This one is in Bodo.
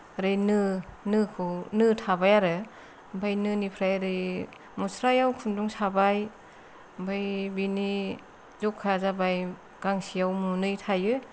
ओरै नो नोखौ नो थाबाय आरो ओमफाय नोनिफ्राय ओरै मुस्रायाव खुन्दुं साबाय ओमफाय बिनि जखाया जाबाय गांसेयाव ननै थायो